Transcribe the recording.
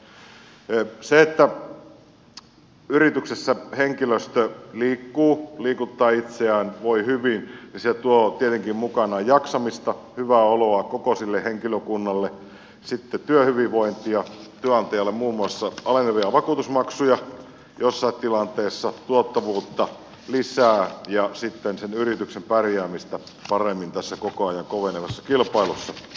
se että yrityksessä henkilöstö liikkuu liikuttaa itseään voi hyvin tuo tietenkin mukanaan jaksamista hyvää oloa koko sille henkilökunnalle työhyvinvointia työnantajalle muun muassa alenevia vakuutusmaksuja joissain tilanteissa tuottavuutta lisää ja yrityksen pärjäämistä paremmin tässä koko ajan kovenevassa kilpailussa